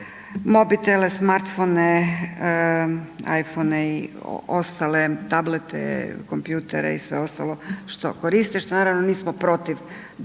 mobitele, smartfone, iPhone i ostale tablete, kompjutere i sve ostalo što koriste, što naravno nismo protiv da